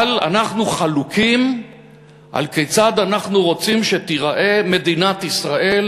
אבל אנחנו חלוקים על כיצד אנחנו רוצים שתיראה מדינת ישראל,